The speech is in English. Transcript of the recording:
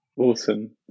Awesome